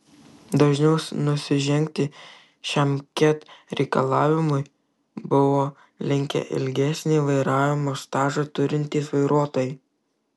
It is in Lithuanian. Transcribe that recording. dažniau nusižengti šiam ket reikalavimui buvo linkę ilgesnį vairavimo stažą turintys vairuotojai